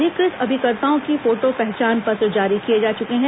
अधिकृत अभिकर्ताओं को फोटो पहचान पत्र जारी किए जा चुके हैं